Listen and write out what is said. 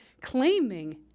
claiming